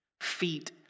feet